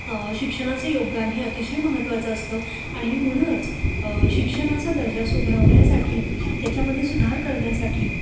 शिक्षणाचं योगदान हे अतिशय महत्वाचं असतं आणि म्हणूनच शिक्षणाचा दर्जा सुधारण्यासाठी त्याच्यामध्ये सुधार करण्यासाठी